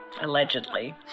Allegedly